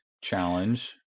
challenge